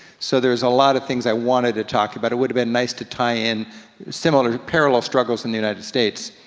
so there's a lot of things i wanted to talk about. it would have been nice to tie in similar, parallel struggles in the united states.